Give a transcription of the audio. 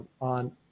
on